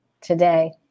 today